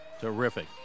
Terrific